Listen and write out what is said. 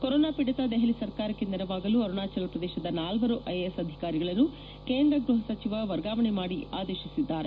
corona ಪೀಡಿತ ದೆಹಲಿ ಸರ್ಕಾರಕ್ಕೆ ನೆರವಾಗಲು ಅರುಣಾಚಲ ಪ್ರದೇಶದ ನಾಲ್ವರು ಐಎಎಸ್ ಅಧಿಕಾರಿಗಳನ್ನು ಕೇಂದ್ರ ಗೃಹ ಸಚಿವ ಅಮಿತ್ ಶಾ ವರ್ಗಾವಣೆ ಮಾಡಿ ಆದೇಶಿಸಿದ್ದಾರೆ